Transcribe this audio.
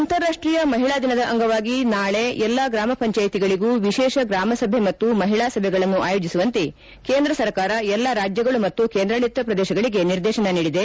ಅಂತಾರಾಷ್ಷೀಯ ಮಹಿಳಾ ದಿನದ ಅಂಗವಾಗಿ ನಾಳೆ ಎಲ್ಲಾ ಗ್ರಾಮ ಪಂಜಾಯಿತಿಗಳಿಗೂ ವಿಶೇಷ ಗ್ರಾಮ ಸಭೆ ಮತ್ತು ಮಹಿಳಾ ಸಭೆಗಳನ್ನು ಆಯೋಜಿಸುವಂತೆ ಕೇಂದ್ರ ಸರ್ಕಾರ ಎಲ್ಲಾ ರಾಜ್ಯಗಳು ಮತ್ತು ಕೇಂದ್ರಾಡಳಿತ ಪ್ರದೇಶಗಳಿಗೆ ನಿರ್ದೇಶನ ನೀಡಿದೆ